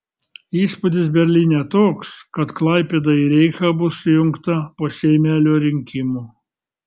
įspūdis berlyne toks kad klaipėda į reichą bus įjungta po seimelio rinkimų